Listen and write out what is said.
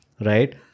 right